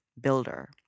Builder